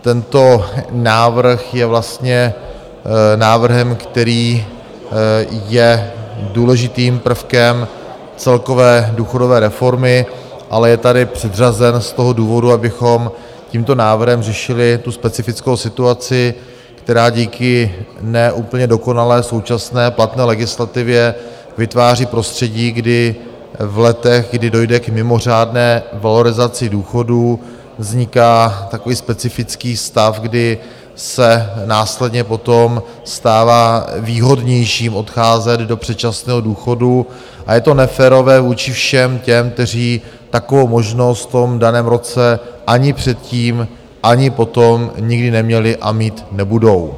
Tento návrh je vlastně návrhem, který je důležitým prvkem celkové důchodové reformy, ale je tady předřazen z toho důvodu, abychom tímto návrhem řešili tu specifickou situaci, která díky ne úplně dokonalé současné platné legislativě vytváří prostředí, kdy v letech, kdy dojde k mimořádné valorizaci důchodů, vzniká takový specifický stav, kdy se následně potom stává výhodnějším odcházet do předčasného důchodu, a je to neférové vůči všem těm, kteří takovou možnost v tom daném roce, ani předtím, ani potom, nikdy neměli a mít nebudou.